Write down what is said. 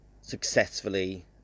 successfully